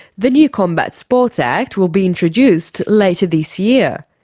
the new combat sports act will be introduced later this year.